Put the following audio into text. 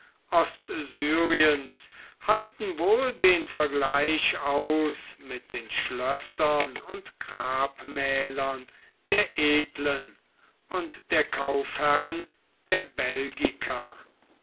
kuppelbauten ostsyriens halten wohl den vergleich aus mit den schlössern und grabmälern der edlen und der kaufherren der belgica